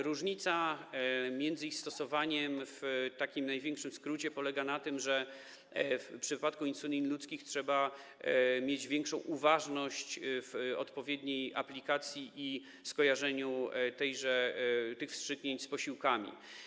Różnica między ich stosowaniem w takim największym skrócie polega na tym, że w przypadku insulin ludzkich trzeba mieć większą uważność co do odpowiedniej aplikacji i skojarzenia tych wstrzyknięć z posiłkami.